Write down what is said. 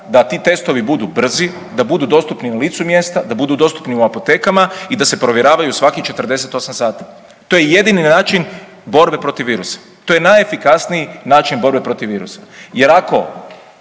da ti testovi budu brzi, da budu dostupni na licu mjesta, da budu dostupni u apotekama i da se provjeravaju svakih 48 sati. To je jedini način borbe protiv virusa, to je najefikasniji način borbe protiv virusa jer ako